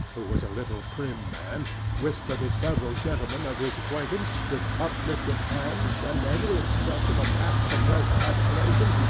who was a little prim man, whisper to several gentlemen of his acquaintance, with uplifted hands, and every expression of half-suppressed admiration,